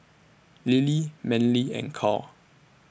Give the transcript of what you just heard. Lilie Manly and Cal